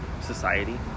society